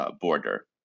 border